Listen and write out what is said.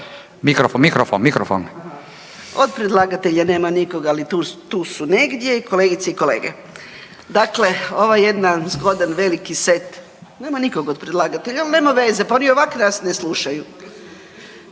Mikrofon, mikrofon, mikrofon.